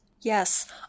yes